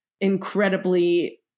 incredibly